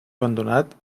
abandonat